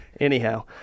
anyhow